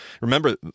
Remember